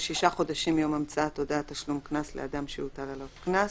שישה חודשים מיום המצאת הודעת תשלום קנס לאדם שהוטל עליו קנס,